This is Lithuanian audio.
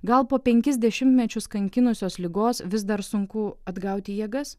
gal po penkis dešimtmečius kankinusios ligos vis dar sunku atgauti jėgas